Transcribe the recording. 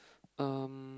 um